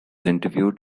interviewed